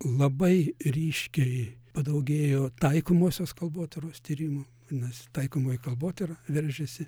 labai ryškiai padaugėjo taikomosios kalbotyros tyrimų nes taikomoji kalbotyra veržiasi